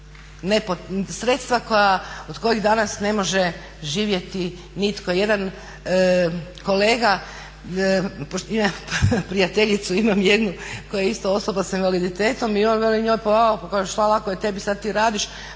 sredstva od kojih danas ne može živjeti nitko. Jedan kolega imam jednu prijateljicu koja je isto osoba s invaliditetom i on veli njoj pa lako je tebi sada ti radiš